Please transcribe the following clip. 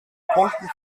punkten